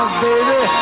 baby